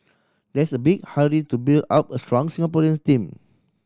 there's a big hurry to build up a strong Singaporeans team